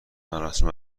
مراسم